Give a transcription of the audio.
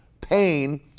pain